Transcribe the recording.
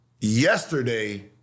yesterday